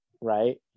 right